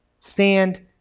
stand